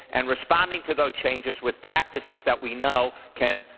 and responding to those changes with practices that we know can,